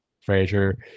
Frazier